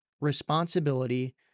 responsibility